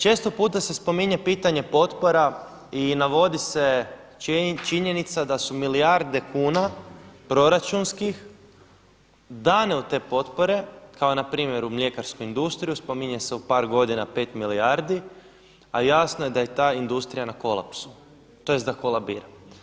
Često puta se spominje pitanje potpora i navodi se činjenica da su milijarde kuna proračunskih dane u te potpore, kao npr. u mljekarsku industriju, spominje se u par godina pet milijardi, a jasno je da je ta industrija na kolapsu, tj. da kolabira.